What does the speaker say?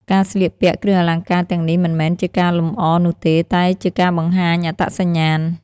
ការស្លៀកពាក់គ្រឿងអលង្ការទាំងនេះមិនមែនជាការលម្អនោះទេ តែជាការបង្ហាញអត្តសញ្ញាណ។